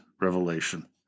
revelation